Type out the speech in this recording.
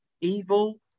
Evil